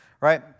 Right